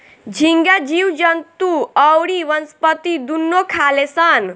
झींगा जीव जंतु अउरी वनस्पति दुनू खाले सन